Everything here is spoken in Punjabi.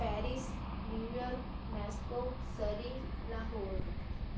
Paris New York Moscow Surrey Lahore